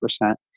percent